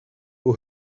who